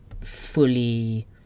fully